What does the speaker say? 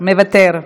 מוותר.